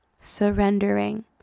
Surrendering